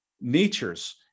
natures